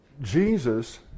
Jesus